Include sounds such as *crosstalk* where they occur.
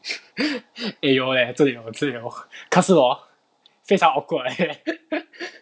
*laughs* eh 有 leh 这里有这里有可是 hor 非常 awkward leh *laughs*